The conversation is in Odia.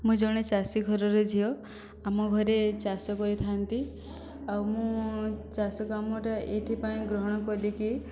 ମୁଇଁ ଜଣେ ଚାଷୀ ଘରର ଝିଅ ଆମ ଘରେ ଚାଷ କରିଥାନ୍ତି ଆଉ ମୁଁ ଚାଷ କାମଟା ଏଇଥିପାଇଁ ଗ୍ରହଣ କଲି କି